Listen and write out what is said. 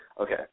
Okay